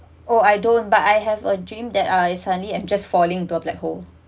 oh I don't but I have a dream that I suddenly I'm just falling to a black hole